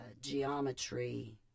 geometry